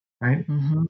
right